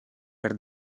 per